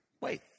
Wait